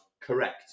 correct